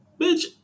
Bitch